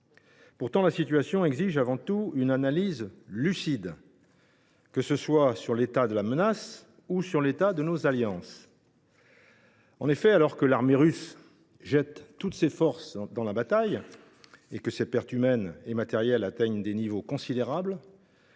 Pourtant, la situation exige avant tout une analyse lucide, que ce soit sur l’état de la menace ou sur celui de nos alliances. En effet, alors que l’armée russe jette toutes ses forces dans la bataille et que ses pertes humaines et matérielles atteignent des niveaux considérables,